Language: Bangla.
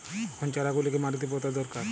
কখন চারা গুলিকে মাটিতে পোঁতা দরকার?